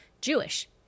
Jewish